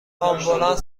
آمبولانس